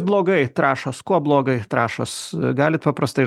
blogai trąšos kuo blogai trąšos galit paprastai